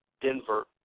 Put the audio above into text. Denver